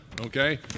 Okay